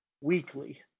weekly